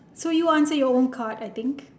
so you answer your own card I think